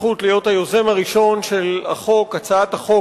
הזכות להיות היוזם הראשון של הצעת החוק שהפכה לחוק,